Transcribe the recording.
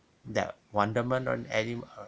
that wonderment on any